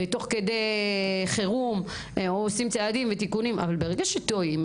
ותוך כדי חירום עושים צעדים ותיקונים אבל ברגע שטועים,